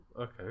Okay